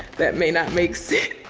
that may not make sense.